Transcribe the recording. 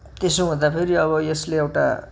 त्यसो हुँदाखेरि अब यसले एउटा